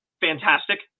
fantastic